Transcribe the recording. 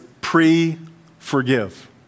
pre-forgive